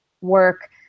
work